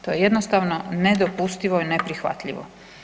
To je jednostavno nedopustivo i neprihvatljivo.